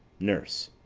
nurse.